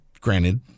granted